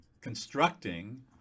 constructing